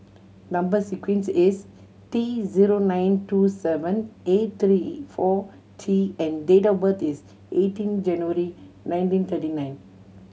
number sequence is T zero nine two seven eight three four T and date of birth is eighteen January nineteen thirty nine